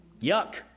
Yuck